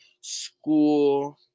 school